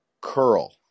Curl